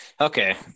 Okay